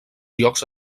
llocs